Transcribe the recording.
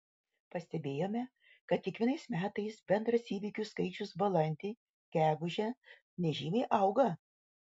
pastebėjome kad kiekvienais metais bendras įvykių skaičius balandį gegužę nežymiai auga